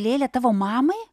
lėlę tavo mamai